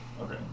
Okay